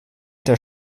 der